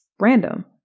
random